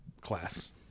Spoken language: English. class